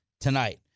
tonight